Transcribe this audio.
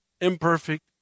imperfect